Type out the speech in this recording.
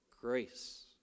grace